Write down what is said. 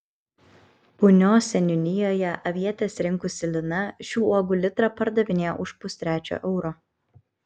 punios seniūnijoje avietes rinkusi lina šių uogų litrą pardavinėjo už pustrečio euro